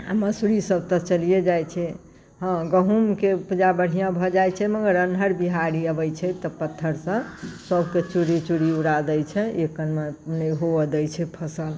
आ मसुरी सब तऽ चलिए जाइत छै हँ गहुँमके उपजा बढ़िआँ भऽ जाइत छै मगर अन्हरि बिहरि अबैत छै तऽ पत्थरसँ सबके चूरि चूरि उड़ा दय छै एक कनबा नहि हुअ दय छै फसल